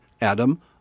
Adam